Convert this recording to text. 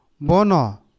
bono